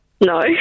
No